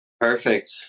Perfect